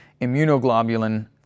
immunoglobulin